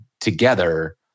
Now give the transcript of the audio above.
together